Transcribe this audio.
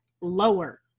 lower